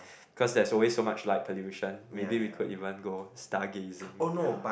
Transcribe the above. cause there's always so much like pollution maybe we could even go like stargazing